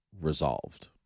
resolved